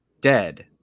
dead